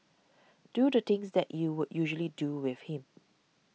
do the things that you would usually do with him